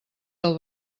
del